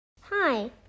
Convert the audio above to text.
Hi